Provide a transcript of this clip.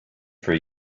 for